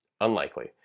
Unlikely